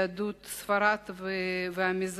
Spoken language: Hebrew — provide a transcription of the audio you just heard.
יהדות ספרד והמזרח